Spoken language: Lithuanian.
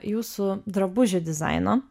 jūsų drabužių dizaino